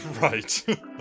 Right